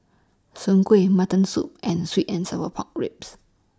Soon Kuih Mutton Soup and Sweet and Sour Pork Ribs